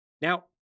Now